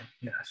Yes